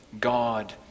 God